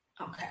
Okay